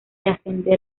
ascender